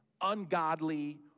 ungodly